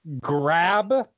grab